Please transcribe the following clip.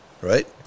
right